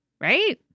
Right